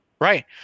Right